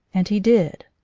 and he did.